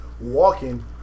walking